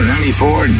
94